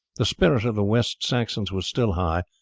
the spirit of the west saxons was still high,